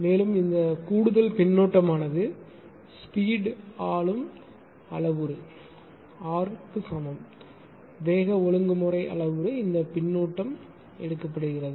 மேலும் இந்த கூடுதல் பின்னூட்டமானது ஸ்பீட் ஆளும் அளவுரு ஆர் சமமான வேக ஒழுங்குமுறை அளவுரு இந்த பின்னூட்டம் எடுக்கப்பட்டது